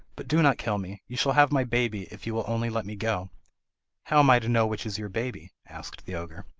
but do not kill me! you shall have my baby, if you will only let me go how am i to know which is your baby asked the ogre.